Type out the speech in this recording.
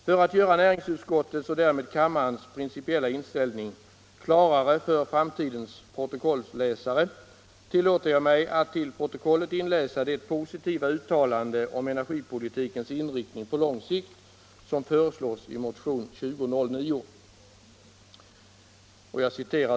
För att göra näringsutskottets och därmed kammarens principiella inställning klarare för framtidens protokollsläsare tillåter jag mig att till protokollet inläsa det positiva uttalande om energipolitikens inriktning på lång sikt, som föreslås i motionen 2009.